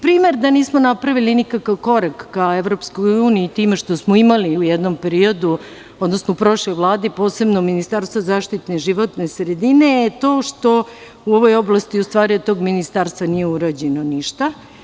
Primer da nismo napravili nikakav korak ka EU time što smo imali u jednom periodu tj. u prošloj vladi, posebno ministarstvo zaštite životne sredine je to što u ovoj oblasti od tog ministarstva nije urađeno ništa.